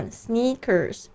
sneakers